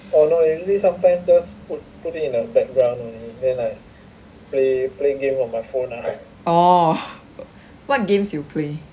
orh what games you play